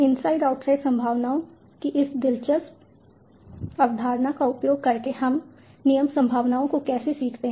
inside outside संभावनाओं की इस दिलचस्प अवधारणा का उपयोग करके हम नियम संभावनाओं को कैसे सीखते हैं